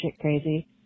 crazy